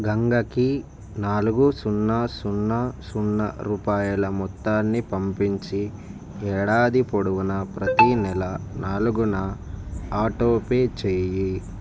గంగకి నాలుగు సున్నా సున్నా సున్నా రూపాయల మొత్తాన్ని పంపించి ఏడాది పొడవునా ప్రతినెల నాలుగున ఆటోపే చెయ్యి